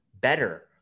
better